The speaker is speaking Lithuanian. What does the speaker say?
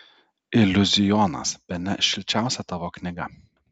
iliuzionas bene šilčiausia tavo knyga